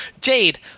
Jade